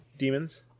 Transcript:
Demons